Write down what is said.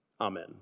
Amen